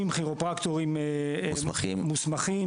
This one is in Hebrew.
בסביבות 130 כירופרקטורים מוסמכים.